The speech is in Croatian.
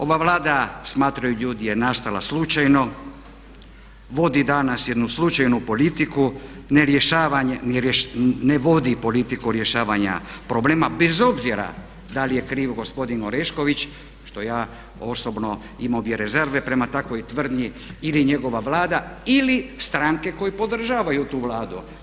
Ova Vlada smatraju ljudi je nastala slučajno, vodi danas jednu slučajnu politiku, ne vodi politiku rješavanja problema bez obzira da li je kriv gospodin Orešković, što ja osobno imao bi rezerve prema takvoj tvrdnji ili njegova Vlada, ili stranke koje podržavaju tu Vladu.